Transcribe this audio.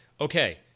okay